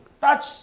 touch